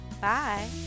bye